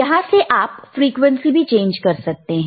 यहां से आप फ्रीक्वेंसी भी चेंज कर सकते हैं